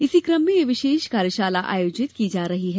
इसी क्रम में यह विशेष कार्यशाला आयोजित की जायेगी